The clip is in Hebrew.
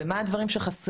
וכן מהם הדברים שחסרים.